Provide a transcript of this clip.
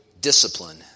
discipline